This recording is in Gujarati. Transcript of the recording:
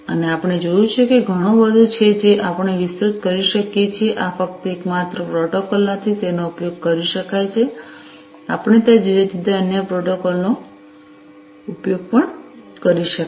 અને આપણે જોયું છે કે ઘણું બધું છે જે આપણે વિસ્તૃત કરી શકીએ છીએ આ ફક્ત એકમાત્ર પ્રોટોકોલ નથી તેનો ઉપયોગ કરી શકાય છે આપણે ત્યાં જુદા જુદા અન્ય પ્રોટોકોલનો ઉપયોગ પણ કરી શકીએ